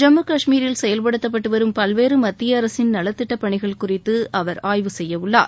ஜம்மு காஷ்மீரில் செயல்படுத்தப்பட்டுவரும் பல்வேறு மத்திய அரசின் நலத்திட்ட பணிகள் குறித்து அவர் ஆய்வு செய்யவுள்ளார்